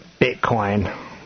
Bitcoin